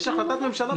יש החלטת ממשלה בתוקף.